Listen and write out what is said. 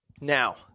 Now